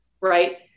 Right